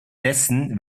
dessen